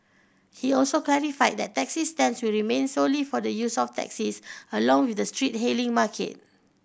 he also clarified that taxi stands will remain solely for the use of taxis along with the street hailing market